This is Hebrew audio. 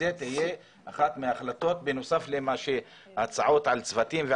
שזאת תהיה אחת ההחלטות, בנוסף להצעות על צוותים.